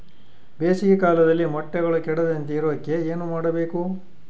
ಬೇಸಿಗೆ ಕಾಲದಲ್ಲಿ ಮೊಟ್ಟೆಗಳು ಕೆಡದಂಗೆ ಇರೋಕೆ ಏನು ಮಾಡಬೇಕು?